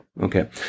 okay